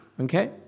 Okay